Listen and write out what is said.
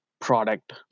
product